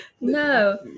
no